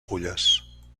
fulles